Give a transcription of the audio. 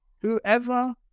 Whoever